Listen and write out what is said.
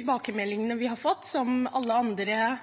tilbakemeldingene vi har fått – og som andre